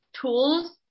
tools